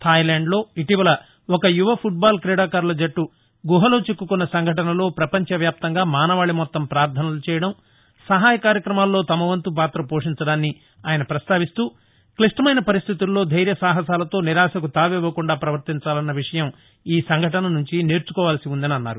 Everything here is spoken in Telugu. థాయ్ ల్యాండ్ లో ఇటీవల ఒక యువ పుట్ బాల క్రీడాకారుల జట్ల గుహలో చిక్కుకున్న సంఘటనలో పపంచవ్యాప్తంగా మానవాళి మొత్తం పార్దనలు చేయడం సహాయ కార్యకమాల్లో తమ వంతు పాత పోషించడాన్ని ఆయన ప్రస్తావిస్తూ క్లిష్టమైన పరిస్థితులలో దైర్య సాహసాలతో నిరాశకు తావివ్వకుండా పవర్తించాలన్న విషయం నేర్చుకోవాల్సి పుందనిఅన్నారు